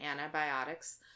antibiotics